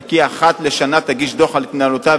וכי אחת לשנה תגיש דוח על התנהלותה,